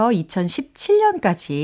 2017년까지